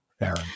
Aaron